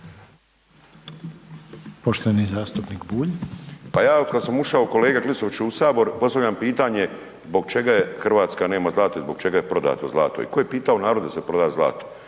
**Bulj, Miro (MOST)** Pa ja kad sam ušao kolega Klisoviću u sabor, postavljam pitanje zbog čega je RH nema zlato i zbog čega je prodato zlato i ko je pitao narod da se proda zlato?